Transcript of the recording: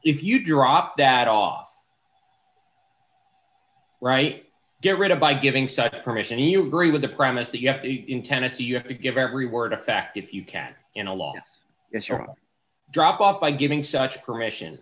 if you drop that off right get rid of by giving such permission you agree with the premise that you have in tennessee you have to give every word a fact if you can in a law drop off by giving such permission